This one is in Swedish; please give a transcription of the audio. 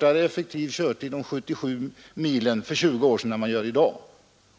den effektiva körtiden på denna sträcka av 77 mil tidigare var 1 timme kortare än den är i dag.